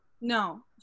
No